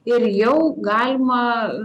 ir jau galima